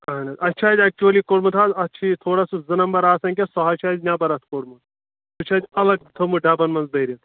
اہَن حظ اَسہِ چھُ اَتہِ ایکچُؤلی کوڑمُت حظ اَتھ چھُ یہِ تھوڑا سُہ زٕ نمبر آسان کینٛہہ سُہ حظ چھُ اَسہِ نٮ۪بَر اَتھ کوٚڑمُت سُہ چھِ اَسہِ الگ تھوٚمُت ڈَبَن منٛز بٔرِتھ